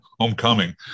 homecoming